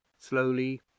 Slowly